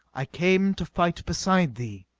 i came to fight beside thee,